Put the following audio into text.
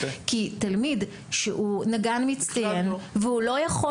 כי תלמיד שהוא נגן מצטיין והוא לא יכול